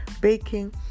baking